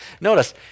Notice